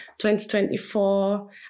2024